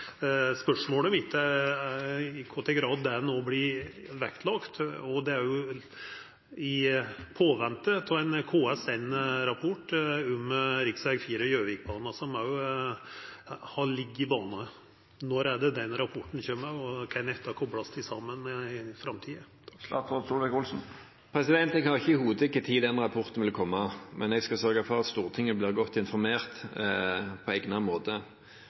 Spørsmålet mitt er i kva grad det vert vektlagt i påvente av ein KS1-rapport om rv. 4 og Gjøvikbanen, som òg ligg i botn her. Når kjem den rapporten, og kan dette koplast saman i framtida? Jeg har ikke i hodet når den rapporten vil komme, men jeg skal sørge for at Stortinget blir godt informert på egnet måte.